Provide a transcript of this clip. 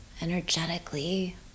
energetically